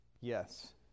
Yes